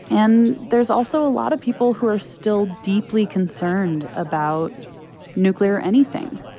and there's also a lot of people who are still deeply concerned about nuclear anything,